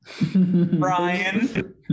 brian